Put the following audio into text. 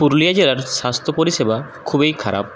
পুরুলিয়া জেলার স্বাস্থ্য পরিষেবা খুবই খারাপ